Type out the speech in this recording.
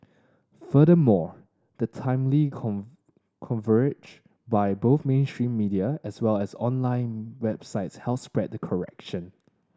furthermore the timely by both mainstream media as well as online websites help spread the correction